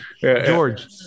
George